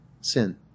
sin